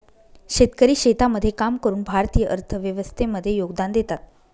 शेतकरी शेतामध्ये काम करून भारतीय अर्थव्यवस्थे मध्ये योगदान देतात